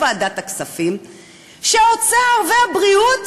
שהאוצר והבריאות